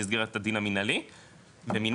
במסגרת הדין המנהלי ומנגד,